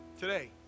today